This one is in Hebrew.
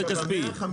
באזרח.